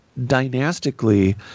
dynastically